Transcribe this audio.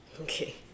Okay